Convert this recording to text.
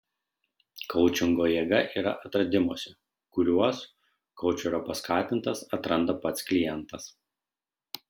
koučingo jėga yra atradimuose kuriuos koučerio paskatintas atranda pats klientas